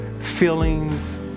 feelings